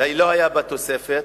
לא היתה בה תוספת,